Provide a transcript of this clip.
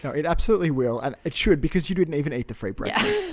yeah it absolutely will. and it should, because you didn't even eat the free breakfast.